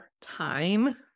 time